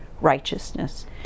righteousness